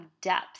depth